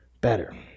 better